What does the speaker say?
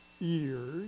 years